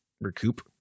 recoup